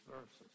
verses